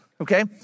okay